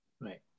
Right